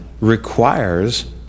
Requires